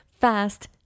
fast